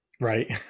Right